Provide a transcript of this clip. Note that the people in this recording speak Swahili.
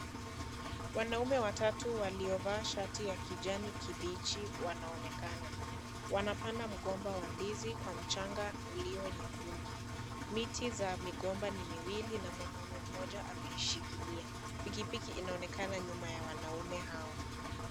Wanaume watatu waliovaa shati ya kijani kibichi wanaonekana, wanapanda mgomba wa ndizi kwa mchanga ulio nyekundu, miti za migomba ni miwili na mwanaume mmoja ameishikilia pikipiki inaonekana nyuma ya wanaume hao.